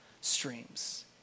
streams